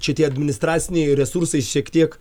čia tie administraciniai resursai šiek tiek